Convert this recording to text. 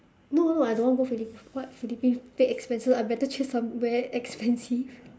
no no I don't want go philippine what philippine paid expenses I better choose somewhere expensive